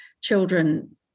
children